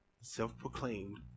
Self-proclaimed